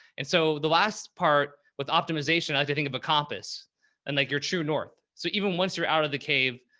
and so the last part with optimization, i like to think of a compass and like your true north. so even once you're out of the cave,